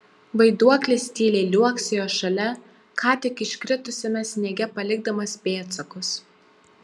vaiduoklis tyliai liuoksėjo šalia ką tik iškritusiame sniege palikdamas pėdsakus